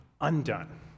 undone